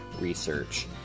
research